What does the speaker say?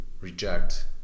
reject